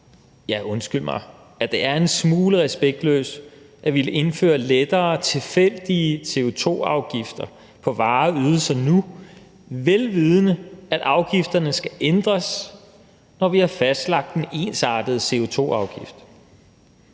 undskyld mig – at det er en smule respektløst at ville indføre lettere tilfældige CO2-afgifter på varer og ydelser nu, vel vidende at afgifterne skal ændres, når vi har fastlagt en ensartet CO2-afgift.